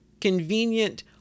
Convenient